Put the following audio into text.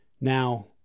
Now